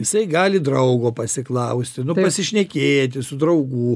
jisai gali draugo pasiklausti pasišnekėti su draugu